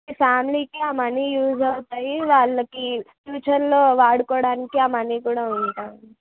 ఫ్యామిలీకి ఆ money use అవుతాయి వాళ్ళకి ఫ్యూచర్లో వాడుకోడానికి ఆ మనీ కూడా ఉంటుంది